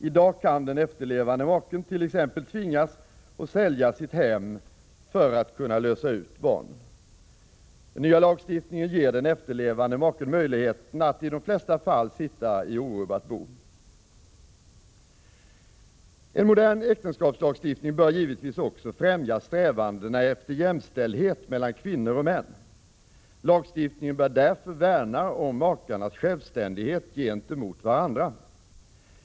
I dag kan den efterlevande maken t.ex. tvingas att sälja sitt hem för att kunna lösa ut barnen. Den nya lagstiftningen ger den efterlevande maken möjligheten att i de flesta fall sitta i orubbat bo. En modern äktenskapslagstiftning bör givetvis också främja strävandena efter jämställdhet mellan kvinnor och män. Lagstiftningen bör därför värna om makarnas självständighet gentemot varandra.